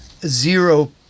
zero